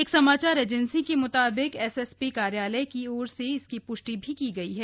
एक समाचार एजेंसी के म्ताबिक एसएसपी कार्यालय की ओर से इसकी प्ष्टि की गयी है